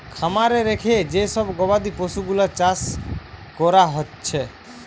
খামারে রেখে যে সব গবাদি পশুগুলার চাষ কোরা হচ্ছে